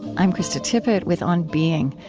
i'm krista tippett with on being.